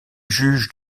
juge